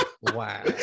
wow